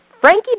Frankie